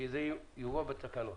שזה יובא בתקנות,